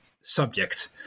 subject